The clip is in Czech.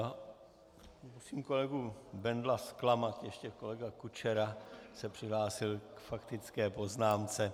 Musím kolegu Bendla zklamat, ještě kolega Kučera se přihlásil k faktické poznámce.